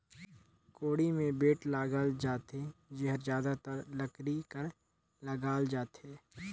कोड़ी मे बेठ लगाल जाथे जेहर जादातर लकरी कर लगाल जाथे